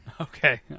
okay